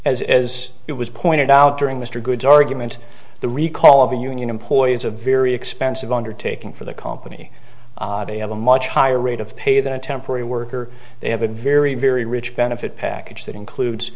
as as it was pointed out during mr good's argument the recall of a union employee is a very expensive undertaking for the company they have a much higher rate of pay than a temporary worker they have a very very rich benefit package that includes